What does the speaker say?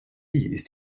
ist